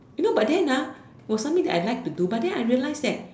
you know but then ah for something that I like to do but then I realise that